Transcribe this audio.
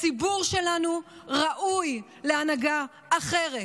הציבור שלנו ראוי להנהגה אחרת,